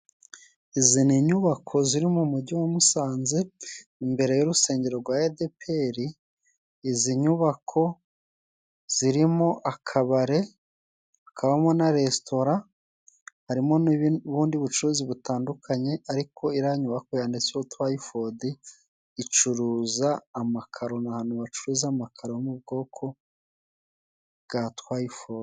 Izi ni inyubako ziri mu mujyi wa Musanze, imbere y'urusengero rwa Adeperi, izi nyubako zirimo akabare kabamo na resitora, harimo n'ubundi bucuruzi butandukanye, ariko iriya nyubako yanditseho Twayifodi icuruza amakaro, ni ahantu bacuruza amakaro yo mu bwoko bwa Twayifodi.